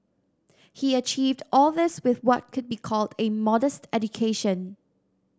he achieved all this with what could be called a modest education